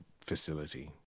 facility